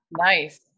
Nice